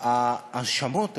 ההאשמות האלה,